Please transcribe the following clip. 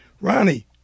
Ronnie